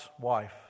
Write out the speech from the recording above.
wife